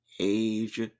age